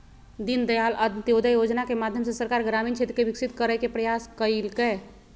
दीनदयाल अंत्योदय योजना के माध्यम से सरकार ग्रामीण क्षेत्र के विकसित करय के प्रयास कइलके